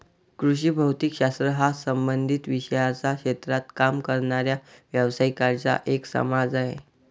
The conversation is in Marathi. कृषी भौतिक शास्त्र हा संबंधित विषयांच्या क्षेत्रात काम करणाऱ्या व्यावसायिकांचा एक समाज आहे